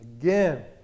Again